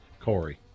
Corey